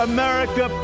America